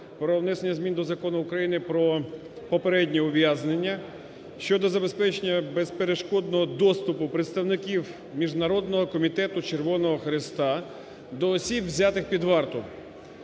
про внесення змін до Закону України "Про попереднє ув'язнення" щодо забезпечення безперешкодного доступу представників Міжнародного комітету Червоного Хреста до осіб взятих під варту.